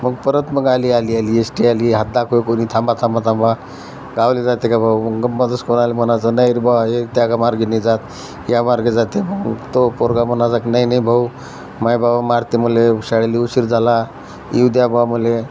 मग परत मग आली आली यश्टी आली हात दाखवे कोणी थांबा थांबवा थांबवा गावाला जाते का भाऊ मग मध्येच कोणाला म्हणायचं नाही रे बुवा हे त्या गा मार्गाने जात या मार्गे जाते म्हणून तो पोरगा म्हणायचा की नाही नाही भाऊ माझा बाबा मारते मला शाळेला उशीर झाला येऊ द्या बा मला